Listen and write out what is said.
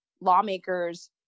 lawmakers